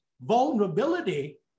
vulnerability